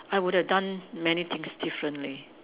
I would have done many things differently